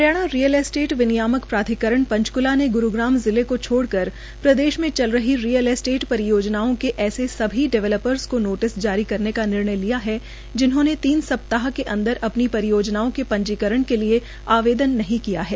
Haryana real estate विनियामक प्राधिकरण पंचक्ला ने ग्रुग्राम जिले को छोडक़र प्रदेश में चल रही रियल एस्टेट परियोजनाओं के ऐसे सभी डेवलपर्स को नोटिस जारी करने का निर्णय लिया है जिन्होंने तीन सप्ताह के अंदर अपनी परियोजनाओं के पंजीकरण के लिए आवेदन नहीं किया है